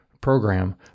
program